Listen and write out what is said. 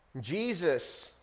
Jesus